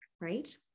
right